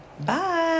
Bye